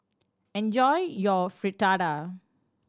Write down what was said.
enjoy your Fritada